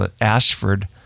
Ashford